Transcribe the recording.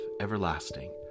everlasting